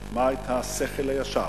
אטמה את השכל הישר